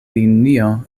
linio